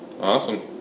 Awesome